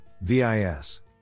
VIS